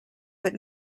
but